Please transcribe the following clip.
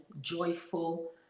joyful